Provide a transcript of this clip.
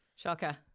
Shocker